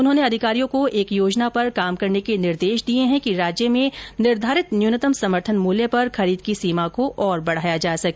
उन्होंने अधिकारियों को एक योजना पर काम करने के निर्देश दिए हैं कि राज्य में निर्धारित न्यूनतम समर्थन मूल्य पर खरीद की सीमा को और बढ़ाया जा सके